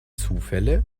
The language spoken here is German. zufälle